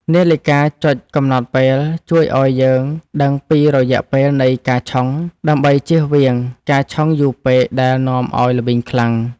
នាឡិកាចុចកំណត់ពេល ជួយឱ្យយើងដឹងពីរយៈពេលនៃការឆុង ដើម្បីជៀសវាងការឆុងយូរពេកដែលនាំឱ្យល្វីងខ្លាំង។